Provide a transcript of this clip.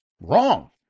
wrong